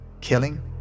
Killing